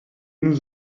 nous